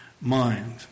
mind